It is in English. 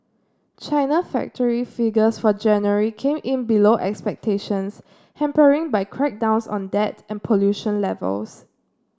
China factory figures for January came in below expectations hampering by crackdowns on debt and pollution levels